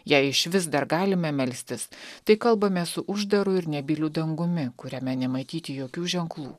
jei išvis dar galime melstis tai kalbamės su uždaru ir nebyliu dangumi kuriame nematyti jokių ženklų